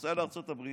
נוסע לארצות הברית,